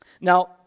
Now